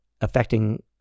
affecting